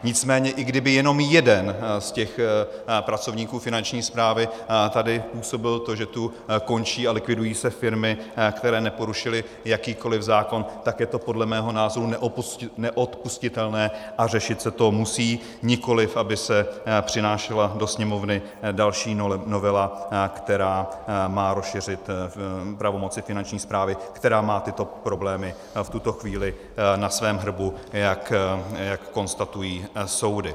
Nicméně i kdyby jenom jeden z těch pracovníků Finanční správy tady působil to, že tu končí a likvidují se firmy, které neporušily jakýkoliv zákon, tak je to podle mého názoru neodpustitelné a řešit se to musí, nikoliv aby se přinášela do Sněmovny další novela, která má rozšířit pravomoci Finanční správy, která má tyto problémy v tuto chvíli na svém hrbu, jak konstatují soudy.